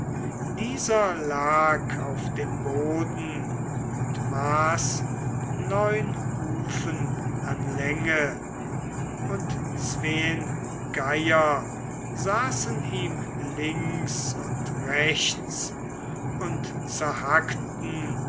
dieser lag auf dem boden und maß neun hufen an länge und zween geier saßen ihm links und rechts und